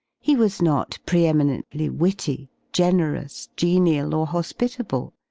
he was not pre-eminently witty, generous, genial, or hospitable.